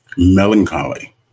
melancholy